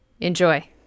Enjoy